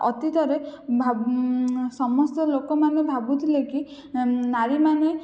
ଅତୀତରେ ସମସ୍ତେ ଲୋକମାନେ ଭାବୁଥିଲେ କି ନାରୀମାନେ